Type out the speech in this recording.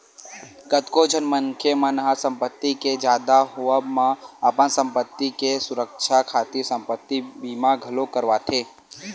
कतको झन मनखे मन ह संपत्ति के जादा होवब म अपन संपत्ति के सुरक्छा खातिर संपत्ति बीमा घलोक कराथे